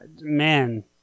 man